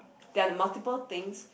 there are the multiple things